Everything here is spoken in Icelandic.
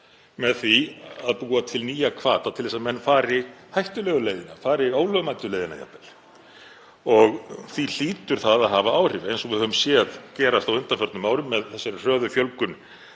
með því að búa til nýja hvata til þess að menn fari hættulegu leiðina, fari ólögmætu leiðina jafnvel. Því hlýtur það að hafa áhrif, eins og við höfum séð gerast á undanförnum árum með þessari hröðu fjölgun